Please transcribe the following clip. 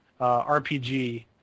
RPG